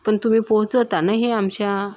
पण तुम्ही पोहोचवता ना हे आमच्या